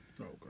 Okay